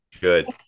Good